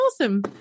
awesome